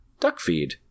DuckFeed